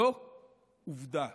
זו עובדה.